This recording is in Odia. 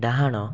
ଡାହାଣ